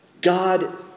God